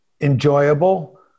enjoyable